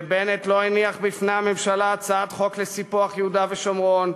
ובנט לא הניח בפני הממשלה הצעת חוק לסיפוח יהודה ושומרון,